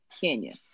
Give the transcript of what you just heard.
Kenya